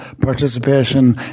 participation